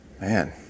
Man